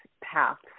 paths